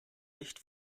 licht